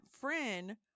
friend